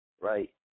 right